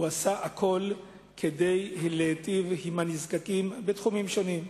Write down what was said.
עשה הכול כדי להיטיב עם הנזקקים בתחומים שונים.